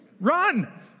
Run